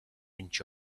inch